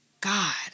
God